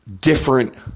different